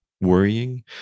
worrying